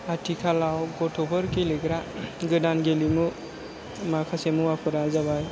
आथिखालाव गथ'फोर गेलेग्रा गोदान गेलेमु माखासे मुवाफोरा जाबाय